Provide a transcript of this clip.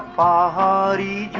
ah da da